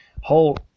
whole